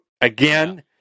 Again